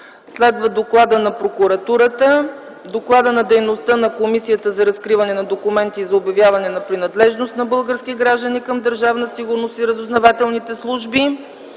следват Докладът на Прокуратурата, Докладът за дейността на Комисията за разкриване на документите и за обявяване на принадлежност на български граждани към Държавна сигурност и разузнавателните служби